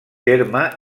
terme